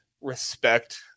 respect